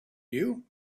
you